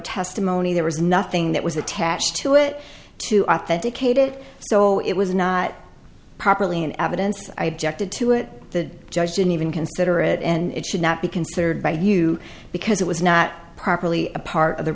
testimony there was nothing that was attached to it to authenticate it so it was not properly in evidence i jested to it the judge didn't even consider it and it should not be considered by you because it was not properly a part of the